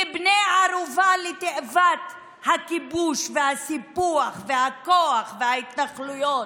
כבני ערובה לתאוות הכיבוש והסיפוח והכוח וההתנחלויות.